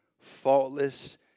faultless